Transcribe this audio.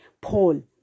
Paul